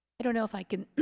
i don't know if i can.